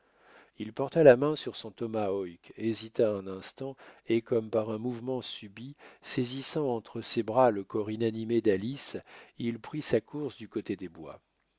il porta la main sur son tomahawk hésita un instant et comme par un mouvement subit saisissant entre ses bras le corps inanimé d'alice il prit sa course du côté des bois